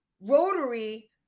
Rotary